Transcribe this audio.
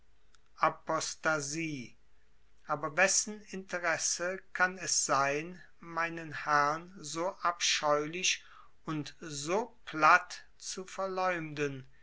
apostasie aber wessen interesse kann es sein meinen herrn so abscheulich und so platt zu verleumden